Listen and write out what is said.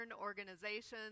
organizations